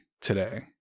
today